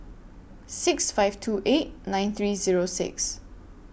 six five two eight nine three Zero six